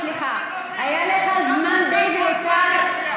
סליחה, היה לך זמן די והותר.